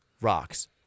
rocks